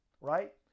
right